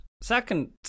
Second